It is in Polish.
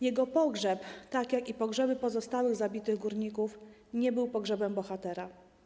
Jego pogrzeb, tak jak i pogrzeby pozostałych zabitych górników, nie był pogrzebem bohatera.